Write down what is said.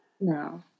No